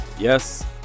Yes